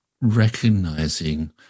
recognizing